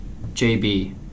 JB